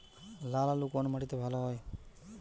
লাল আলু কোন মাটিতে ভালো হয়?